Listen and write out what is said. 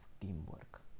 teamwork